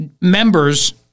members